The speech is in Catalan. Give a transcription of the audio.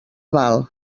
val